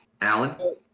Alan